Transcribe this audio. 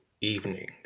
evening